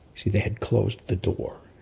see, they had closed the door.